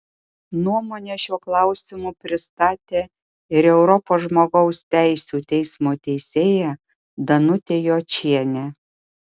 nuomonę šiuo klausimu pristatė ir europos žmogaus teisių teismo teisėja danutė jočienė